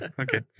Okay